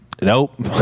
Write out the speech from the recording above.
Nope